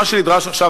מה שנדרש עכשיו,